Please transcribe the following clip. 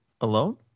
alone